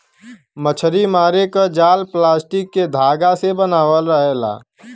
मछरी मारे क जाल प्लास्टिक के धागा से बनल रहेला